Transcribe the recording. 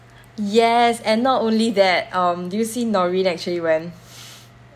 yes and not only that um do you see norin actually ran